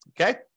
Okay